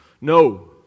No